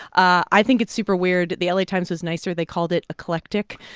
i think it's super weird. the la times was nicer they called it eclectic.